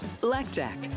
Blackjack